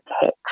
hit